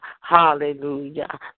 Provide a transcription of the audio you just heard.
Hallelujah